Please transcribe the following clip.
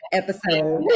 episode